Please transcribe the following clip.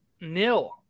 Nil